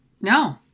No